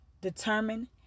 determine